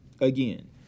Again